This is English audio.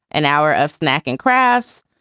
an hour of snack and crafts,